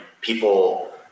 people